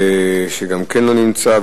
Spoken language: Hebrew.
גם כן לא נמצא.